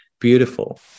beautiful